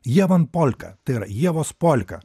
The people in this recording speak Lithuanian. jevan polka ir ievos polka